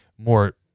more